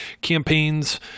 campaigns